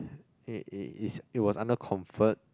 it it it's it was under comfort